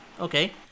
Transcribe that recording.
Okay